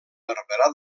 barberà